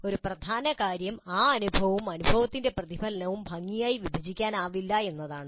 ഒരു പ്രധാന കാര്യം ആ അനുഭവവും അനുഭവത്തിന്റെ പ്രതിഫലനവും ഭംഗിയായി വിഭജിക്കാനാവില്ല എന്നതാണ്